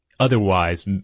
Otherwise